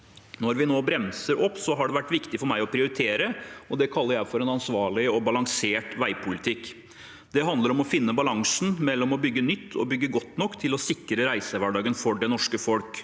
Når vi nå bremser opp, har det vært viktig for meg å prioritere. Det kaller jeg en ansvarlig og balansert veipolitikk. Det handler om å finne balansen mellom å bygge nytt og godt nok til å sikre reisehverdagen for det norske folk.